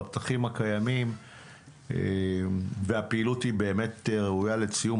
בפתחים הקיימים הפעילות היא באמת ראויה לציון,